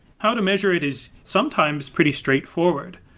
how to measure it is sometimes pretty straightforward,